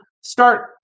start